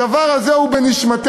הדבר הזה הוא בנשמתנו,